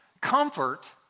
Comfort